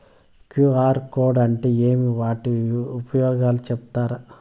QR code అంటే ఏమి వాటి ఉపయోగాలు సెప్తారా?